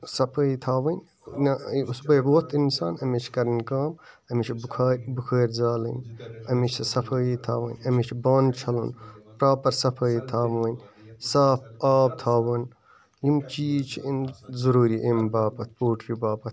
صَفٲیی تھاوٕنۍ نَہ ٲں صُبحٲے ووٚتھ اِنسان أمِس چھِ کَرٕنۍ کٲم أمِس چھِ بُخٲرۍ بُخٲرۍ زالٕنۍ أمِس چھِ صفٲیی تھَاوٕنۍ أمِس چھِ بانہٕ چَھلُن پرٛاپَر صفٲیی تھاوٕنۍ صاف آب تھاوُن یِم چیٖز چھِ اَمہِ ضروٗری اَمہِ باپَتھ پولٹرٛی باپَتھ